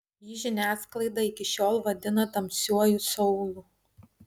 jį žiniasklaida iki šiol vadina tamsiuoju seulu